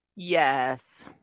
Yes